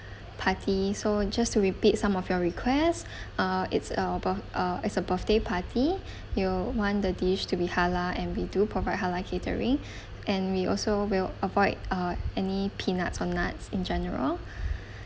party so just to repeat some of your request uh it's a birth~ uh it's a birthday party you want the dish to be halal and we do provide halal catering and we also will avoid uh any peanuts or nuts in general